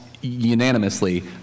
unanimously